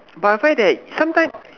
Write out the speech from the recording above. but I find that sometime